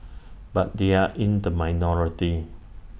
but they are in the minority